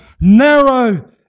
Narrow